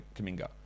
Kaminga